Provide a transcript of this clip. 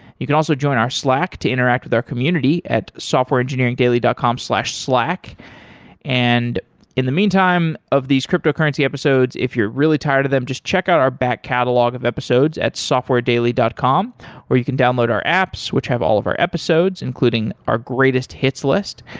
you can also join our slack to interact with our community at softwareengineeringdaily dot com slash slack and in the meantime, of these cryptocurrency episodes, if you're really tired of them, just check out our back catalog of episodes at software daily dot com where you can download our apps which have all of our episodes including our greatest hits list.